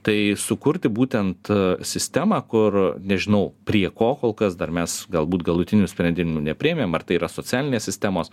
tai sukurti būtent sistemą kur nežinau prie ko kol kas dar mes galbūt galutinių sprendimų nepriėmėm ar tai yra socialinės sistemos